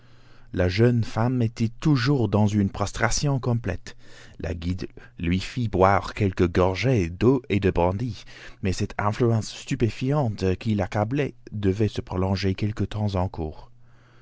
la jeune femme était toujours dans une prostration complète le guide lui fit boire quelques gorgées d'eau et de brandy mais cette influence stupéfiante qui l'accablait devait se prolonger quelque temps